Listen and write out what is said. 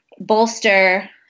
bolster